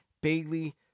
Bailey